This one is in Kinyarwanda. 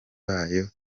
bayo